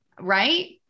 right